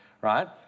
right